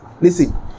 listen